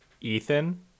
Ethan